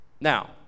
Now